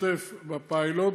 להשתתף בפיילוט,